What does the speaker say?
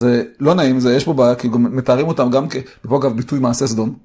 זה לא נעים, זה, יש פה בעיה, כי גם מתארים אותם, גם כבוא, גם, ביטוי מעשה סדום.